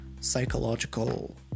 psychological